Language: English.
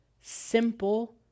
simple